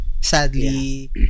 sadly